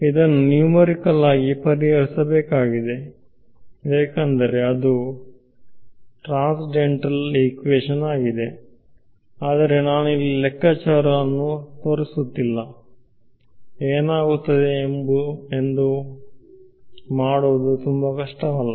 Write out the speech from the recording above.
ಆದ್ದರಿಂದ ಇದನ್ನು ನ್ಯೂಮರಿಕಲ್ ಆಗಿ ಪರಿಹರಿಸಬೇಕಾಗಿದೆ ಏಕೆಂದರೆ ಅದು ಟ್ರಾಂಸೆಂಡೆಂಟಲ್ ಇಕ್ವೇಶನ್ ಆಗಿದೆ ಆದರೆ ನಾನು ಇಲ್ಲಿ ಲೆಕ್ಕಾಚಾರವನ್ನು ತೋರಿಸುತ್ತಿಲ್ಲ ಏನಾಗುತ್ತದೆ ಎಂದು ಮಾಡುವುದು ತುಂಬಾ ಕಷ್ಟವಲ್ಲ